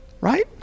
Right